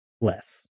less